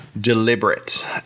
deliberate